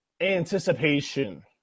anticipation